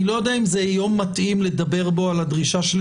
אני לא יודע אם זה יום מתאים לדבר בו על הדרישה שלי